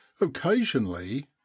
occasionally